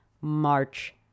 March